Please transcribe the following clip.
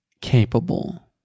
capable